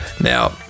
Now